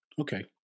Okay